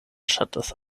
ŝatas